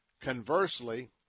Conversely